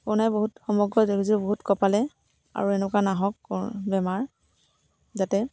কৰোণাই বহুত সমগ্ৰ দেশজুৰি বহুত কঁপালে আৰু এনেকুৱা নাহক বেমাৰ যাতে